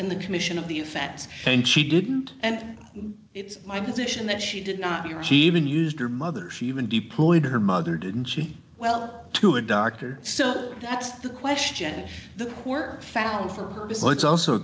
in the commission of the offense and she didn't and it's my position that she did not hear she even used her mother she even deployed her mother didn't she well to a doctor so that's the question the court found for her because it's also a